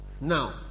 Now